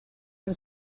del